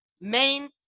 Main